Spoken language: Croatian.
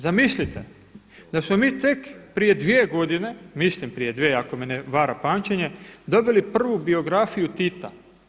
Zamislite da smo tek prije dvije godine, mislim prije dvije ako me ne vara pamćenje, dobili prvu biografiju Tita.